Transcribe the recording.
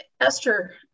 Esther